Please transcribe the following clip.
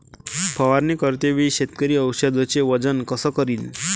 फवारणी करते वेळी शेतकरी औषधचे वजन कस करीन?